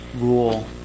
rule